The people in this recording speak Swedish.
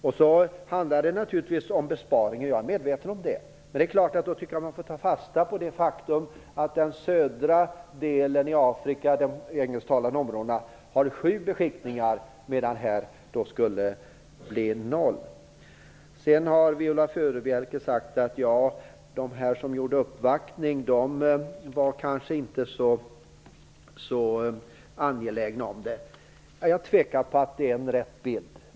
Det handlar naturligtvis också om besparingar - jag är medveten om det. Men då tycker jag att man får ta fasta på det faktum att den södra delen av Afrika - de engelsktalande områdena - har sju beskickningar, medan det i den här delen skulle bli noll. Viola Furubjelke sade att de som uppvaktade utskottet kanske inte var så angelägna att behålla ambassaden i Kinshasa. Jag tvivlar på att det är en riktig bild.